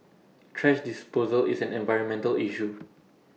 thrash disposal is an environmental issue